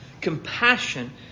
Compassion